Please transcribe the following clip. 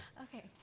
Okay